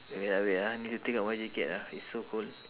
wait ah wait ah I need to take out my jacket ah it's so cold